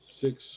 six